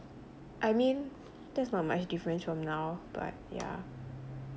I mean that's not much difference from now but yeah